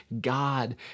God